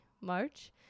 March